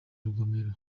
rugomero